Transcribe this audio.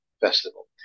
festival